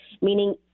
meaning